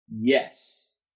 Yes